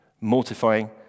Mortifying